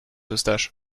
eustache